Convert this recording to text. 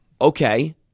okay